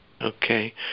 Okay